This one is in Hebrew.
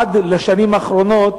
עד לשנים האחרונות,